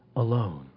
alone